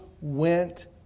went